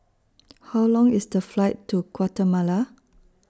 How Long IS The Flight to Guatemala